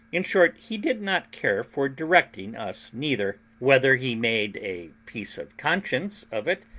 in short, he did not care for directing us neither whether he made a piece of conscience of it,